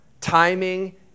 Timing